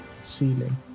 ceiling